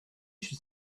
should